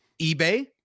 eBay